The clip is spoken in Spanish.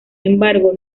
embargo